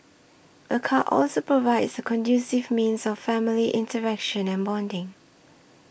a car also provides a conducive means of family interaction and bonding